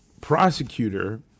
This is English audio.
prosecutor